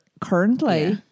currently